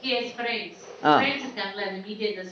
ah